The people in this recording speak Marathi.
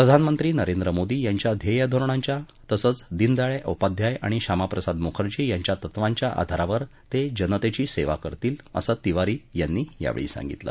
प्रधानमंत्री नरेंद्र मोदी यांच्या ध्येयधोरणांच्या तसंच दिनदयाळ उपाध्याय आणि श्यामाप्रसाद मुखर्जी यांच्या तत्वांच्या आधारावर ते जनतेची सेवा करतील असं तिवारी यांनी यावेळी सांगितलं